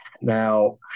Now